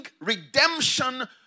redemption